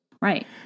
Right